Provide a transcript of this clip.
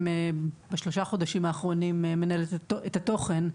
בשלושת החודשים האחרונים אני מנהלת את התוכן.